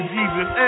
Jesus